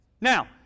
Now